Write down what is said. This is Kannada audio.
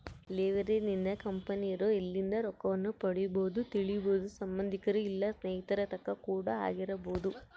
ಲೆವೆರೇಜ್ ಲಿಂದ ಕಂಪೆನಿರೊ ಎಲ್ಲಿಂದ ರೊಕ್ಕವನ್ನು ಪಡಿಬೊದೆಂದು ತಿಳಿಬೊದು ಸಂಬಂದಿಕರ ಇಲ್ಲ ಸ್ನೇಹಿತರ ತಕ ಕೂಡ ಆಗಿರಬೊದು